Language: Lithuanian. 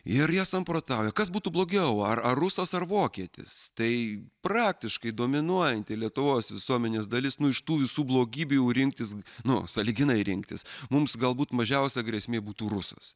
ir jie samprotauja kas būtų blogiau ar ar rusas ar vokietis tai praktiškai dominuojanti lietuvos visuomenės dalis nu iš tų visų blogybių jau rinktis nu sąlyginai rinktis mums galbūt mažiausia grėsmė būtų rusas